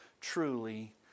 truly